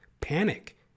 panic